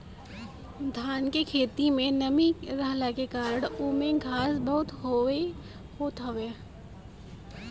धान के खेत में नमी रहला के कारण ओमे घास बहुते होत हवे